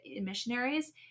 missionaries